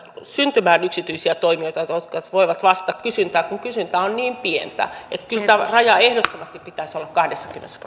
syntymään yksityisiä toimijoita jotka voivat vastata kysyntään kun kysyntä on niin pientä kyllä tämän rajan ehdottomasti pitäisi olla kahdessakymmenessä